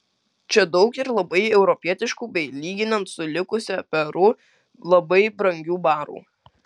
čia daug ir labai europietiškų bei lyginant su likusia peru labai brangių barų